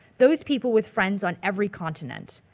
those people with friends on every continent.